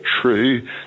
true